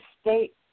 state